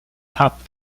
top